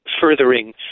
furthering